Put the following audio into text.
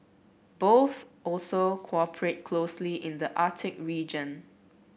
both also cooperate closely in the Arctic region